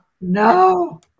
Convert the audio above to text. no